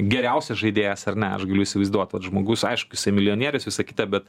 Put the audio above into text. geriausias žaidėjas ar ne aš galiu įsivaizduot vat žmogus aišku jisai milijonierius visa kita bet